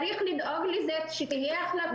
צריך לדאוג לזה שיהיו החלטות.